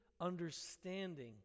understanding